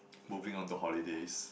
moving on to holidays